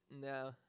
no